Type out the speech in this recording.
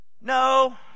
no